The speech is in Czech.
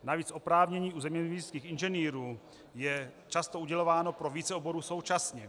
Navíc oprávnění u zeměměřických inženýrů je často udělováno pro více oborů současně.